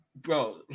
Bro